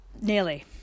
Nearly